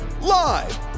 live